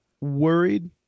worried